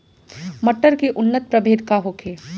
मटर के उन्नत प्रभेद का होखे?